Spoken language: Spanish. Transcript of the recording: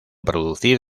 producir